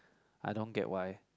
I don't get why